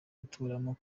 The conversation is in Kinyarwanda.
guturamo